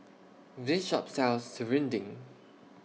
This Shop sells Serunding